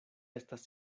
estas